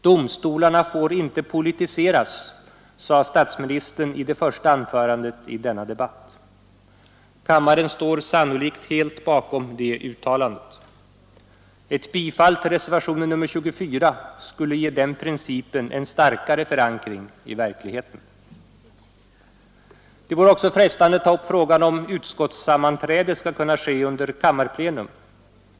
Domstolarna får inte politiseras, sade statsministern i det första anförandet i denna debatt. Kammaren står sannolikt helt bakom det uttalandet. Ett bifall till reservationen 24 skulle ge den principen en starkare förankring i verkligheten. Det vore också frestande att ta upp frågan om huruvida utskottssammanträde skall kunna ske under kammarplenum.